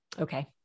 Okay